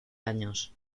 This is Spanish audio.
años